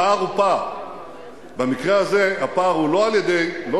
הפער הוא פער.